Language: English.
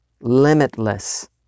limitless